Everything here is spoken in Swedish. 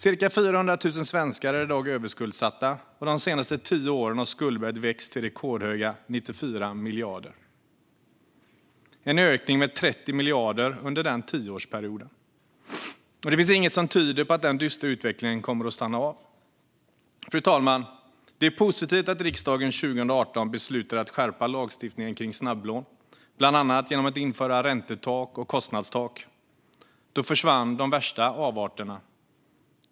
Cirka 400 000 svenskar är i dag överskuldsatta, och de senaste tio åren har skuldberget vuxit till rekordhöga 94 miljarder. Det är en ökning med 30 miljarder under den tioårsperioden, och det finns inget som tyder på att den dystra utvecklingen kommer att stanna av. Fru talman! Det är positivt att riksdagen 2018 beslutade att skärpa lagstiftningen kring snabblån, bland annat genom att införa räntetak och kostnadstak. Då försvann de värsta avarterna.